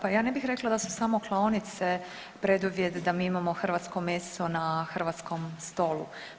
Pa ja ne bih rekla da su samo klaonice preduvjet da mi imamo hrvatsko meso na hrvatskom stolu.